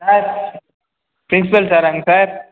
sir principal சாராங்க sir